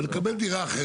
לקבל דירה אחרת.